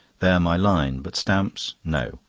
they are my line. but stamps, no.